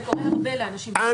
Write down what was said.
זה קורה הרבה לאנשים פרטיים.